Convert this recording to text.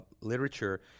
literature